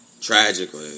tragically